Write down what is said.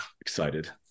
Excited